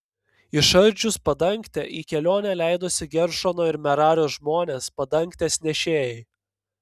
išardžius padangtę į kelionę leidosi geršono ir merario žmonės padangtės nešėjai